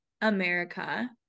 America